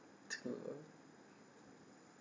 to go